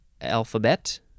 alphabet